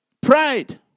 Pride